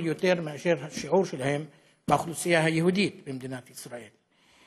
מהשיעור שלהן באוכלוסייה היהודית במדינת ישראל.